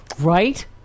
Right